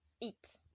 eat